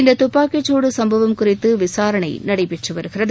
இந்த துப்பாக்கி சூடு சம்பவம் குறித்து விசாரணை நடைபெற்று வருகிறது